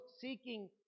seeking